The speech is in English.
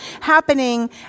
happening